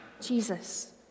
Jesus